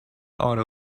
auto